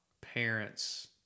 parents